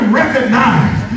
recognize